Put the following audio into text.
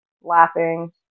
laughing